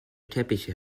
teppiche